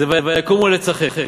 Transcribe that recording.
זה: ויקומו לצחק.